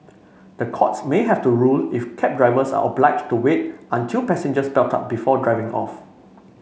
the courts may have to rule if cab drivers are obliged to wait until passengers belt up before driving off